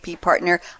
partner